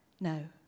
no